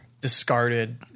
discarded